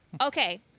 Okay